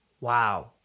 Wow